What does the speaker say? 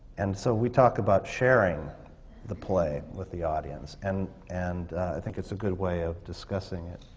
and so, we talk about sharing the play with the audience, and and i think it's a good way of discussing it.